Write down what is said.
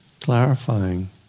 clarifying